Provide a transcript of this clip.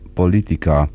politica